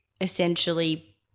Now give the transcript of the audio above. essentially